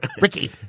Ricky